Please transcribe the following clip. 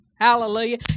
Hallelujah